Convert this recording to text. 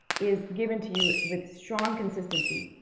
is given to you with strong consistency.